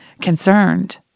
concerned